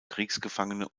kriegsgefangene